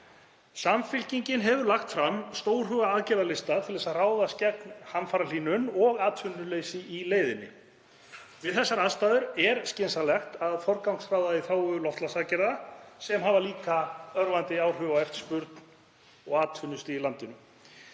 Samfylkingin hefur lagt fram stórhuga aðgerðalista til að ráðast gegn hamfarahlýnun og atvinnuleysi í leiðinni. Við þessar aðstæður er skynsamlegt að forgangsraða í þágu loftslagsaðgerða sem hafa líka örvandi áhrif á eftirspurn og atvinnustig í landinu.